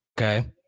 Okay